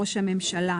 ראש הממשלה,